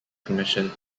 commission